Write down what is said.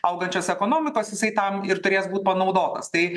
augančios ekonomikos jisai tam ir turės būt panaudotas tai